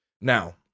Now